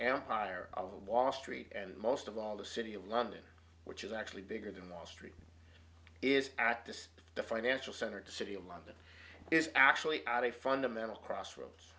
empire of wall street and most of all the city of london which is actually bigger than the wall street is at this financial center city of london is actually at a fundamental crossroads